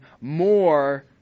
more